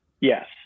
Yes